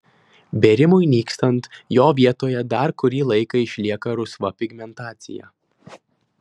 bėrimui nykstant jo vietoje dar kurį laiką išlieka rusva pigmentacija